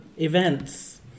events